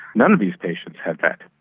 none of these patients had that.